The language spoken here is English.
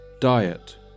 diet